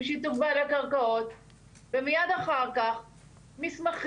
עם שיתוף בעלי קרקעות ומיד אחר כך מסמכים.